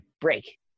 Break